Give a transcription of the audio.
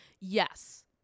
Yes